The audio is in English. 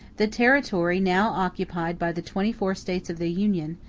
the territory now occupied by the twenty-four states of the union,